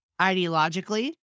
ideologically